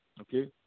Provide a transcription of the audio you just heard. okay